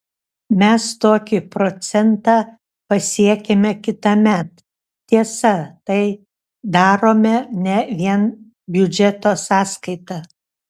mes tokį procentą pasiekiame kitąmet tiesa tai darome ne vien biudžeto sąskaita